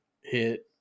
hit